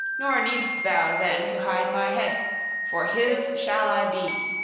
nor need'st thou then to hide my head for his shall i be,